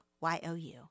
y-o-u